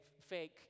fake